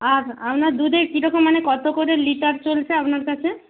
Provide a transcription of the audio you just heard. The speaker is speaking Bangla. আর আপনার দুধে কী রকম মানে কত করে লিটার চলছে আপনার কাছে